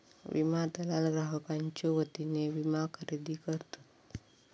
विमा दलाल ग्राहकांच्यो वतीने विमा खरेदी करतत